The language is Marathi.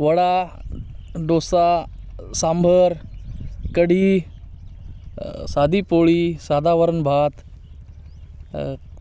वडा डोसा सांबार कढी साधी पोळी साधा वरणभात